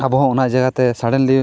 ᱟᱵᱚᱦᱚᱸ ᱚᱱᱟ ᱡᱟᱭᱜᱟᱛᱮ ᱥᱟᱰᱮᱱᱞᱤ